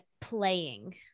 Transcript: playing